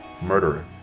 murderer